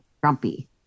grumpy